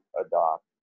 adopt